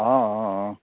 অঁ অঁ অঁ